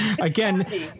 again